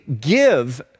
give